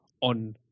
on